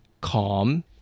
calm